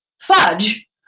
fudge